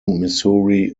missouri